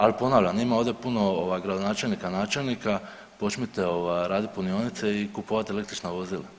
Ali ponavljam ima ovdje puno gradonačelnika, načelnika počnite raditi punionice i kupovati električna vozila.